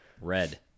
red